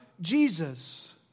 Jesus